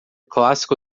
clássico